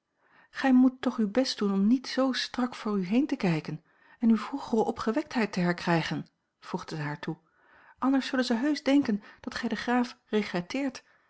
gij moet toch uw best doen om niet z strak voor u heen te kijken en uwe vroegere opgewektheid te herkrijgen voegde zij haar toe anders zullen ze heusch denken dat gij den graaf